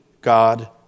God